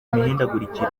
mihindagurikire